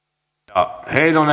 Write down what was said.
arvoisa